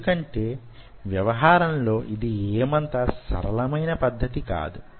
ఎందుకంటే వ్యవహారంలో ఇది యేమంత సరళమైన పద్ధతి కాదు